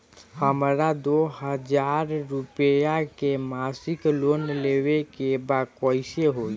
हमरा दो हज़ार रुपया के मासिक लोन लेवे के बा कइसे होई?